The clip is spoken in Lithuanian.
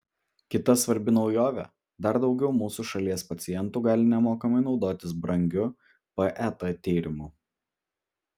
kita svarbi naujovė dar daugiau mūsų šalies pacientų gali nemokamai naudotis brangiu pet tyrimu